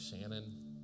Shannon